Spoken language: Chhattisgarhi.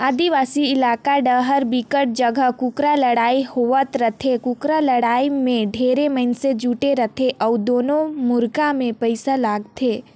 आदिवासी इलाका डाहर बिकट जघा कुकरा लड़ई होवत रहिथे, कुकरा लड़ाई में ढेरे मइनसे जुटे रथे अउ दूनों मुरगा मे पइसा लगाथे